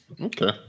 Okay